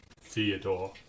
Theodore